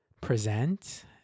present